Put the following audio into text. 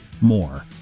more